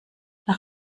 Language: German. nach